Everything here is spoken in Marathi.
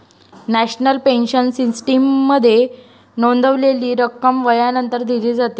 नॅशनल पेन्शन सिस्टीममध्ये नोंदवलेली रक्कम वयानंतर दिली जाते